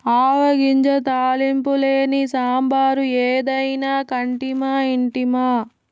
ఆవ గింజ తాలింపు లేని సాంబారు ఏదైనా కంటిమా ఇంటిమా